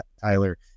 Tyler